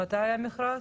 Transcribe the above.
מתי היה המכרז?